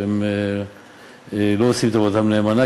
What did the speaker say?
שהם לא עושים את עבודתם נאמנה,